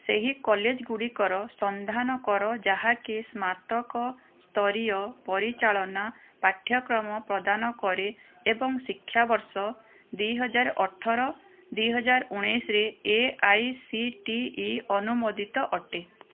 ସେହି କଲେଜ୍ଗୁଡ଼ିକର ସନ୍ଧାନ କର ଯାହାକି ସ୍ନାତକ ସ୍ତରୀୟ ପରିଚାଳନା ପାଠ୍ୟକ୍ରମ ପ୍ରଦାନ କରେ ଏବଂ ଶିକ୍ଷାବର୍ଷ ଦି ହଜାରେ ଅଠର ଦି ହଜାରେ ଉଣେଇଶିରେ A I C T E ଅନୁମୋଦିତ ଅଟେ